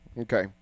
Okay